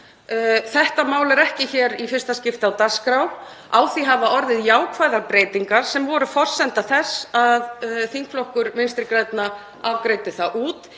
Þetta mál er ekki hér í fyrsta skipti á dagskrá. Á því hafa orðið jákvæðar breytingar sem voru forsenda þess að þingflokkur Vinstri grænna afgreiddi það út,